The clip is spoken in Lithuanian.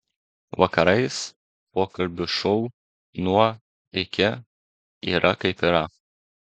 vakarais pokalbių šou nuo iki yra kaip yra